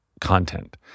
content